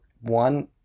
one